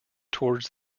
towards